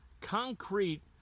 concrete